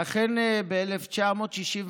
ואכן ב-1965,